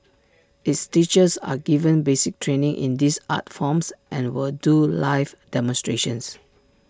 its teachers are given basic training in these art forms and will do live demonstrations